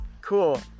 Cool